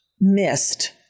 missed